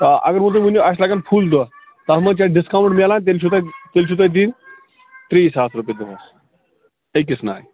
آ اگر وۅنۍ تُہۍ ؤنِو اَسہِ لگَن فُل دۄہ تَتھ منٛز چھِ اَسہِ ڈِسکاوُنٛٹ میلان تیٚلہِ چھُو تۅہہِ تیٚلہِ چھُو تۅہہِ دِنۍ ترٛےٚ ساس رۄپیہِ دۄہس أکِس نایہِ